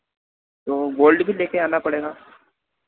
तो गोल्ड भी ले कर आना पड़ेगा